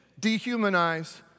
dehumanize